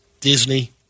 Disney